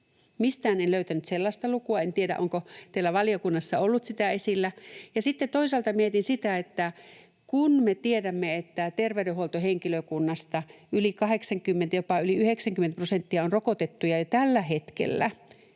Mistään ei löytänyt sellaista lukua. En tiedä, onko teillä valiokunnassa ollut sitä esillä. Sitten toisaalta mietin, että kun me tiedämme, että terveydenhuoltohenkilökunnasta yli 80, jopa yli 90 prosenttia on rokotettuja jo tällä hetkellä,